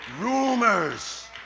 Rumors